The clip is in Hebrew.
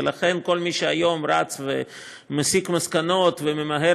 ולכן כל מי שהיום רץ ומסיק מסקנות וממהר